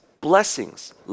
blessings